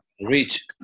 reach